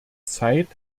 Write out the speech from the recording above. zeit